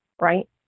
Right